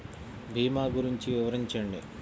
భీమా గురించి వివరించండి?